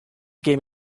game